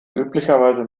üblicherweise